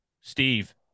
Steve